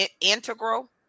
integral